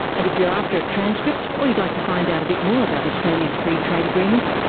and if you're after a transcript or you'd like to find out a bit more about australia's free trade agreements,